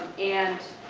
and